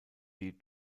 die